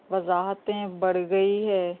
وضاحتیں بڑھ گئی ہے